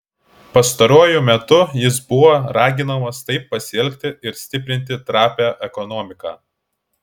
pastaruoju metu jis buvo raginamas taip pasielgti ir stiprinti trapią ekonomiką